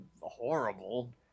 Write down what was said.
horrible